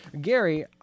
Gary